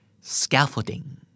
Scaffolding